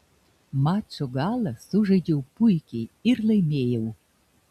mačo galą sužaidžiau puikiai ir laimėjau